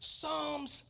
Psalms